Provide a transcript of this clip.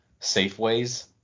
Safeways